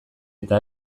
eta